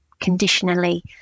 conditionally